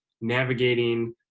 navigating